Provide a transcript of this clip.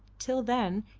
till then,